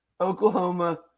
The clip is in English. Oklahoma